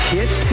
Hit